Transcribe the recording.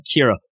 Kira